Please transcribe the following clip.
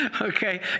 Okay